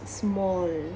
small